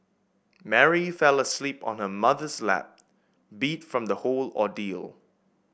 Mary fell asleep on her mother's lap beat from the whole ordeal